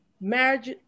marriage